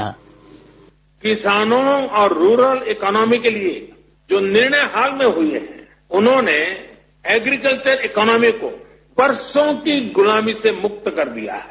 sound bite किसानों और rural economy के लिए जो निर्णय हाल में हुए हैं उन्होंने एग्रीकल्चर इक्नामी को बरसों की गुलामी से मुक्त कर दिया है